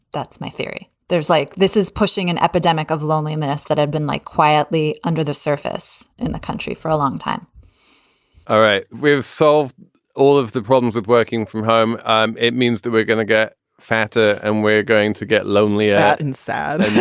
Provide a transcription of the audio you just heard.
that's my theory. there's like this is pushing an epidemic of loneliness that i've been like quietly under the surface in the country for a long time all right. we've solved all of the problems with working from home. um it means that we're going to get fatter and we're going to get lonely and sad